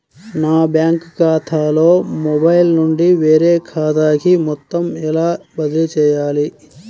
నా బ్యాంక్ ఖాతాలో మొబైల్ నుండి వేరే ఖాతాకి మొత్తం ఎలా బదిలీ చేయాలి?